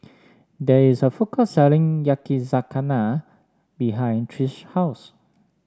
there is a food court selling Yakizakana behind Trish's house